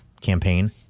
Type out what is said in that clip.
campaign